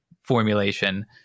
formulation